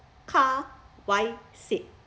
kar y sit